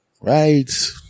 right